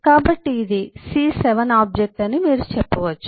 కాబట్టి ఇది C7 object అని మీరు చెప్పవచ్చు